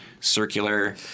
circular